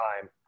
time